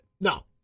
No